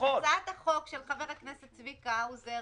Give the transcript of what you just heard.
הצעת החוק של חבר הכנסת צביקה האוזר